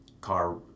car